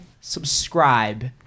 subscribe